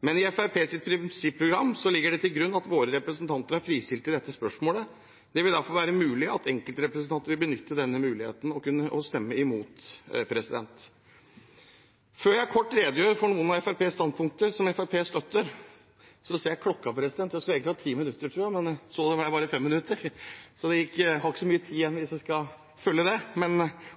Men i Fremskrittspartiets prinsipprogram ligger det til grunn at våre representanter er fristilt i dette spørsmålet. Det vil derfor være mulig at enkeltrepresentanter vil benytte denne muligheten og stemme imot. Før jeg kort redegjør for noen av Fremskrittspartiets standpunkter, som Fremskrittspartiet støtter, ser jeg på klokken, president. Jeg skulle egentlig hatt 10 minutter, og nå har jeg bare fått 5 minutter. Jeg har ikke mye tid igjen hvis vi skal følge det, men